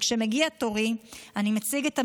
כשמגיע תורי, אני מציג את המרשם,